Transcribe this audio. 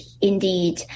indeed